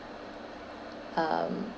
um